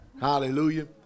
Hallelujah